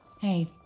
Hey